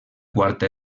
quarta